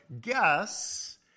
guess